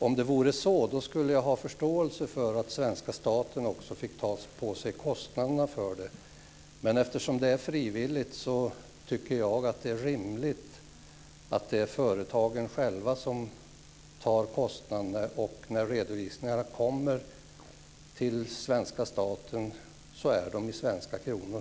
Om det vore så skulle jag ha förståelse för att svenska staten också fick ta på sig kostnaderna för det men eftersom det är frivilligt tycker jag att det är rimligt att företagen själva tar kostnaderna. När redovisningarna kommer till svenska staten är de i svenska kronor.